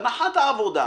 הנחת העבודה,